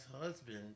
husband